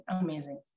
amazing